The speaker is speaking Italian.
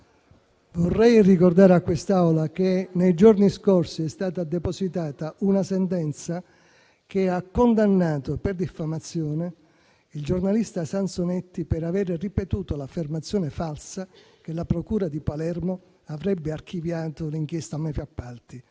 Vorrei ricordare a quest'Aula che nei giorni scorsi è stata depositata una sentenza che ha condannato per diffamazione il giornalista Sansonetti per aver ripetuto l'affermazione, falsa, che la procura di Palermo avrebbe archiviato l'inchiesta mafia-appalti.